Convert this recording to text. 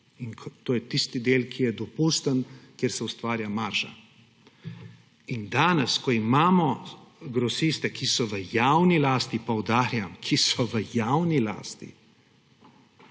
In to je tisti del, kjer je dopusten, kjer se ustvarja marža. In danes, ko imamo grosiste, ki so v javni lasti, poudarjam, ki so v javni lasti,